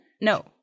No